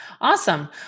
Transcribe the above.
Awesome